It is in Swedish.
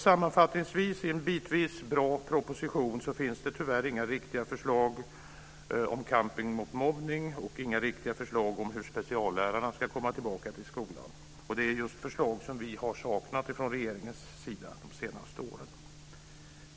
Sammanfattningsvis vill jag säga att det i en bitvis bra proposition tyvärr inte finns några riktiga förslag om kampen mot mobbning och om hur speciallärarna ska komma tillbaka till skolan. Sådana förslag från regeringens sida har vi saknat de senaste åren.